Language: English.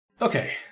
Okay